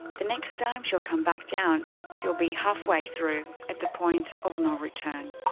the next time she'll come back down, she'll be half way through at the point of no return.